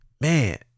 man